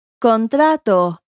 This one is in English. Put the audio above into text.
contrato